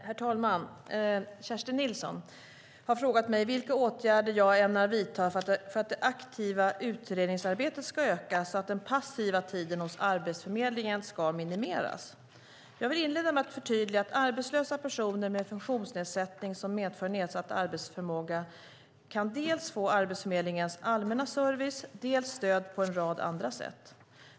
Herr talman! Kerstin Nilsson har frågat mig vilka åtgärder jag ämnar vidta för att det aktiva utredningsarbetet ska öka, så att den passiva tiden hos Arbetsförmedlingen ska minimeras. Jag vill inleda med att förtydliga att arbetslösa personer med funktionsnedsättning som medför nedsatt arbetsförmåga kan få dels Arbetsförmedlingens allmänna service, dels stöd på en rad andra sätt.